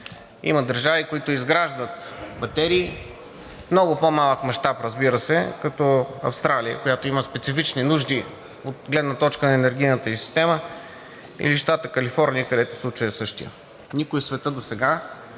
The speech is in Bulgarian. Има държави, които изграждат батерии, в много по малък мащаб, разбира се, като Австралия, която има специфични нужди от гледна точка на енергийната ѝ система или в щата Калифорния, където случаят е същият. Никой в света досега